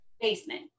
basement